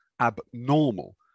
abnormal